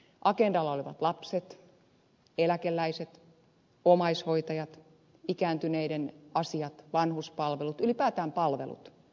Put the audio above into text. agendalla olivat lapset eläkeläiset omaishoitajat ikääntyneiden asiat vanhuspalvelut ylipäätään palvelut